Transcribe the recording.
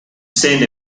send